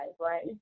right